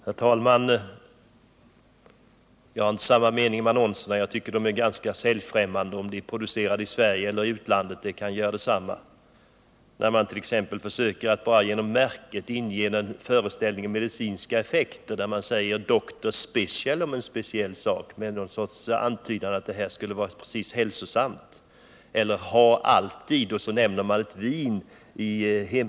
Herr talman! Jag har inte samma mening som Torkel Lindahl om annonserna. De är lika säljfrämjande vare sig de produceras i Sverige eller i utlandet. Genom att exempelvis kalla en viskysort för Doctor's Special försöker man ge ett intryck av att den skulle ha positiva medicinska effekter och alltså vara hälsosam. I en annons heter det: ”ha alltid hemma”, och så nämner man en vinsort.